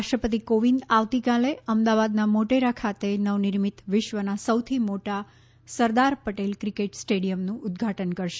રાષ્ટ્રપતિ કોવિંદ આવતીકાલે અમદાવાદના મોટેરા ખાતે નવનિર્મિત વિશ્વના સૌથી મોટા સરદાર પટેલ ક્રિકેટ સ્ટેડિયમનું ઉદઘાટન કરશે